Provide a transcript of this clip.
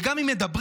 וגם אם מדברים,